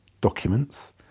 documents